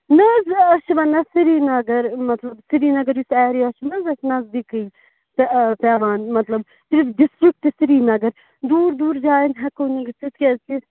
نہ حظ أسی چھِ وَنان سریٖنگر مطلب سریٖنگر یُس ایرِیا چھُنہٕ حظ اَسہِ نزدیٖکٕے پےٚ پیٚوان مطلب یُس ڈِسٹرکٹ سریٖنگر دوٗر دوٗر جایَن ہٮ۪کَو نہ گٔژِتھ کیٛازِ کہ